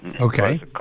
Okay